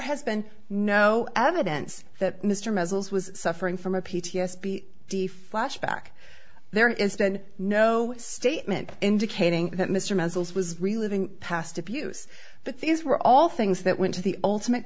has been no evidence that mr muzzles was suffering from a p t s b d flashback there is been no statement indicating that mr mansell's was reliving past abuse but these were all things that went to the ultimate